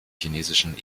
chinesischen